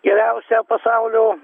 geriausią pasaulio